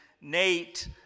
Nate